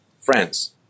friends